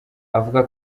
avuga